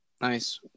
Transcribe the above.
Nice